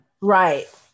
Right